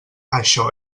això